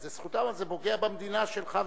זו זכותם, אבל זה פוגע במדינה שלך ושלי.